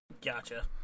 Gotcha